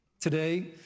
Today